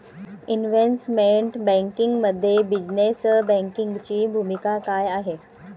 Investment बँकिंगमध्ये business बँकिंगची भूमिका काय आहे?